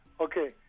Okay